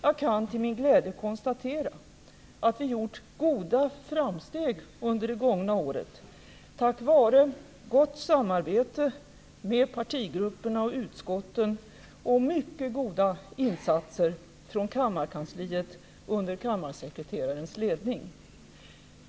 Jag kan till min glädje konstatera att vi gjort goda framsteg under det gångna året, tack vare gott samarbete med partigrupperna och utskotten och mycket goda insatser från kammarkansliet under kammarsekreterarens ledning.